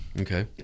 Okay